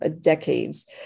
decades